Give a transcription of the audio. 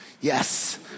yes